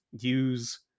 use